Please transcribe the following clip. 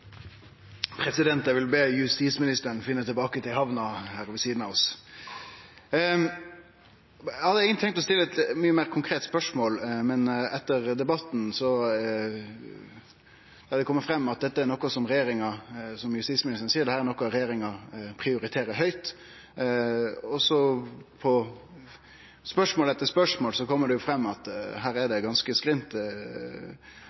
Eg vil be justisministeren finne tilbake til hamna her ved sidan av oss. Eg hadde eigentleg tenkt å stille eit mykje meir konkret spørsmål, men i debatten har det kome fram, som justisministeren seier, at dette er noko regjeringa prioriterer høgt. Og på spørsmål etter spørsmål kjem det fram at her er